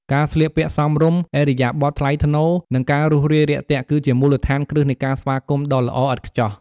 ការស្លៀកពាក់សមរម្យ ឥរិយាបទថ្លៃថ្នូរ និងការរួសរាយរាក់ទាក់ គឺជាមូលដ្ឋានគ្រឹះនៃការស្វាគមន៍ដ៏ល្អឥតខ្ចោះ។